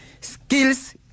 skills